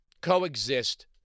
coexist